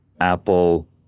Apple